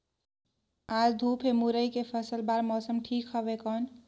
आज धूप हे मुरई के फसल बार मौसम ठीक हवय कौन?